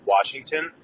Washington